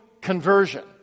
conversion